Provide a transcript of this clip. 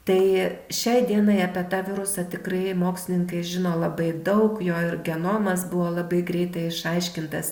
tai šiai dienai apie tą virusą tikrai mokslininkai žino labai daug jo ir genomas buvo labai greitai išaiškintas